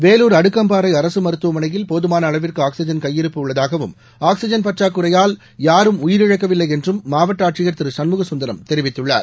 வேலூர் அடுக்கம்பாறை அரசு மருத்துவமனையில் போதுமாள அளவிற்கு ஆக்சிஜன் கையிருப்பு உள்ளதாகவும் ஆக்சிஜன் பற்றாக்குறையால் யாரும் உயிரிழக்கவில்லை என்றும் மாவட்ட ஆட்சியர் திரு சண்முக சுந்தரம் தெரிவித்துள்ளார்